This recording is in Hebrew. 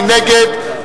מי נגד?